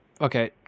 okay